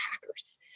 hackers